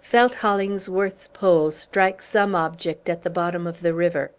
felt hollingsworth's pole strike some object at the bottom of the river!